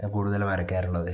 കൂടുതൽ വരയ്ക്കാറുള്ളത്